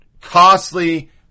costly